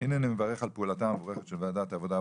"הנני מברך על פעולתם המבורכת של ועדת הרווחה